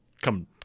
come